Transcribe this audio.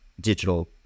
digital